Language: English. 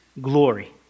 glory